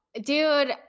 Dude